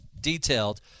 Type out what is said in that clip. detailed